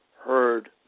heard